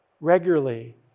regularly